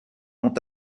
ont